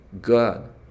God